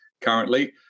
currently